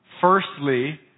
firstly